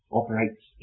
operates